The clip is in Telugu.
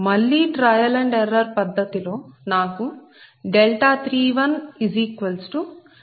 మళ్ళీ ట్రయల్ అండ్ ఎర్రర్ పద్ధతిలో నాకు 31 5